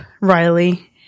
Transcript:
Riley